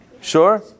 sure